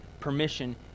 permission